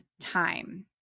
time